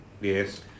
Yes